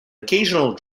occasional